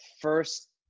first